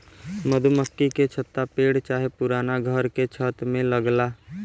मधुमक्खी के छत्ता पेड़ चाहे पुराना घर के छत में लगला